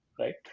right